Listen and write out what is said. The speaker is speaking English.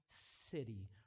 city